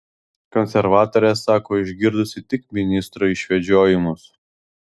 konservatorė sako išgirdusi tik ministro išvedžiojimus